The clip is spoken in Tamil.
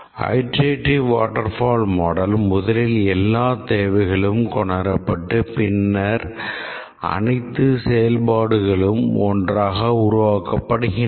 Iterative வாட்டர்ஃபால் மாடல் முதலில் எல்லா தேவைகளும் கொனரப்பட்டு பின்னர் அனைத்து செயல்பாடுகளும் ஒன்றாக உருவாக்கப்படுகின்றன